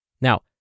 Now